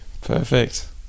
Perfect